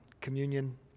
communion